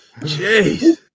jeez